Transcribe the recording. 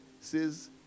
says